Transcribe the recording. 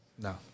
no